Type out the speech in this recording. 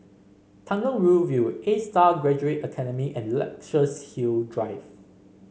Tanjong Rhu View A Star Graduate Academy and Luxus Hill Drive